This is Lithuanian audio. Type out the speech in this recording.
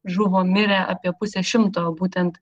žuvo mirė apie pusė šimto būtent